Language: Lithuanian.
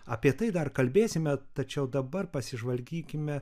apie tai dar kalbėsime tačiau dabar pasižvalgykime